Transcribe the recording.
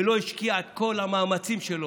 ולא השקיע את כל המאמצים שלו,